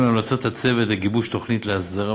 בהתאם להמלצות הצוות לגיבוש תוכנית להסדרה